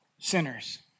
Sinners